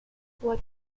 what